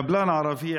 אצל קבלן ערבי,